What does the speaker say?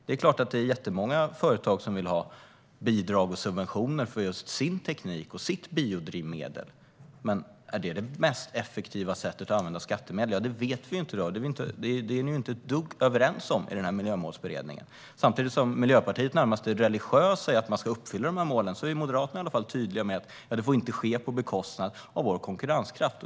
Det är klart att det är jättemånga företag som vill ha bidrag och subventioner för just sin teknik och sitt biodrivmedel, men om det är det mest effektiva sättet att använda skattemedel vet vi inte i dag. Det är vi inte ett dugg överens om i Miljömålsberedningen. Samtidigt som Miljöpartiet är närmast religiösa när det gäller att uppfylla målen är Moderaterna i alla fall tydliga med att det inte får ske på bekostnad av vår konkurrenskraft.